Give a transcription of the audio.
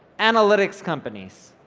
analytics companies.